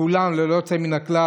כולם ללא יוצא מן הכלל.